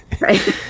right